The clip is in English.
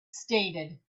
stated